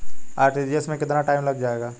RTGS में कितना time लग जाएगा?